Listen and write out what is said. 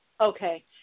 Okay